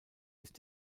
ist